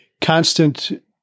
constant –